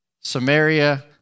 Samaria